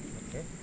okay